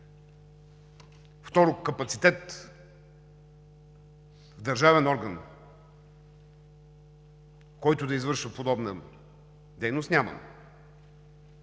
Второ, капацитет в държавен орган, който да извършва подобна дейност, нямаме.